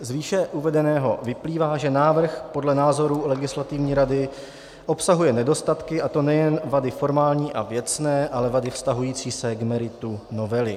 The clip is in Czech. Z výše uvedeného vyplývá, že návrh podle názoru legislativní rady obsahuje nedostatky, a to nejen vady formální a věcné, ale vady vztahující se k meritu novely.